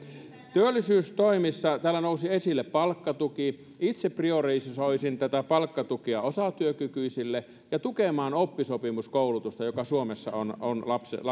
työllisyystoimista täällä nousi esille palkkatuki itse priorisoisin tätä palkkatukea osatyökykyisille ja tukemaan oppisopimuskoulutusta joka suomessa on on